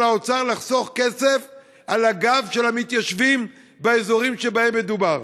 האוצר לחסוך כסף על הגב של המתיישבים באזורים שבהם מדובר.